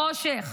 בחושך,